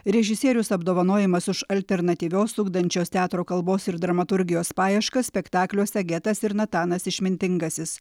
režisierius apdovanojamas už alternatyvios ugdančios teatro kalbos ir dramaturgijos paieškas spektakliuose getas ir natanas išmintingasis